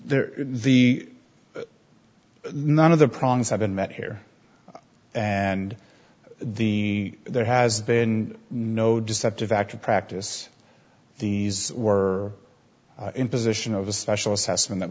there the none of the problems have been met here and the there has been no deceptive active practice these were in position of a special assessment that